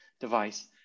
device